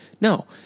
No